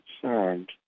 concerned